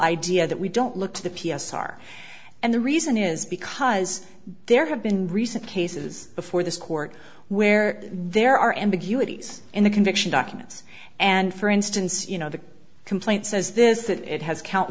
idea that we don't look to the p s r and the reason is because there have been recent cases before this court where there are ambiguities in the conviction documents and for instance you know the complaint says this that it has count